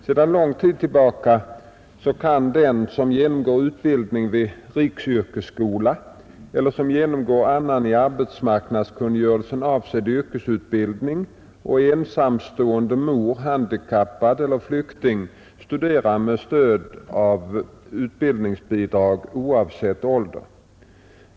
Sedan lång tid tillbaka kan den som genomgår utbildning vid riksyrkesskola eller som genomgår annan i arbetsmarknadskungörelsen avsedd yrkesutbildning och är ensamstående mor, handikappad eller flykting studera med stöd av utbildningsbidrag oavsett ålder.